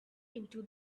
into